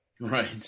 Right